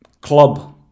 club